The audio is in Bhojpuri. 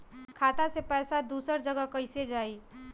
खाता से पैसा दूसर जगह कईसे जाई?